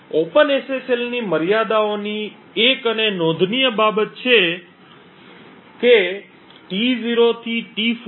Open SSL ની મર્યાદાઓમાંની એક અને નોંધનીય બાબત એ છે કે T 0 થી T4